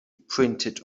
printed